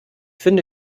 finde